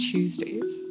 Tuesdays